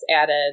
added